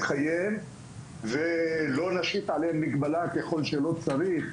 חייהם ולא נשית עליהם מגבלה ככל שלא צריך,